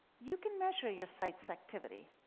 you can measure your site's activity,